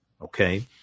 Okay